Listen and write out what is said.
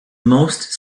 most